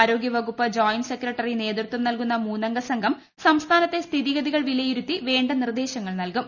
ആരോഗ്യ വകുപ്പ് joint secretary നേതൃത്വം നൽകുന്ന മൂന്നംഗ സംഘം സംസ്ഥാനത്തെ സ്ഥിതിഗതികൾ വിലയിരുത്തി വേണ്ട നിർദേശങ്ങൾ നൽകും